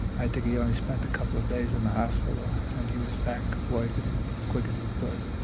i think he only spent a couple of days in the hospital and he was back working as quick as he could.